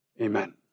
Amen